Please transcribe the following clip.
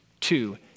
two